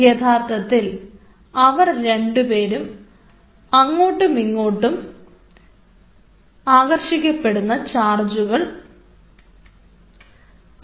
യഥാർത്ഥത്തിൽ അവർ രണ്ടുപേരും അങ്ങോട്ടുമിങ്ങോട്ടും ആകർഷിക്കപ്പെടുന്ന ചാർജുകൾ ആണ്